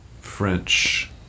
French